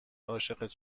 عاشقت